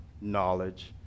knowledge